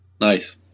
Nice